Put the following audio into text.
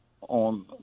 on